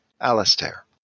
Alistair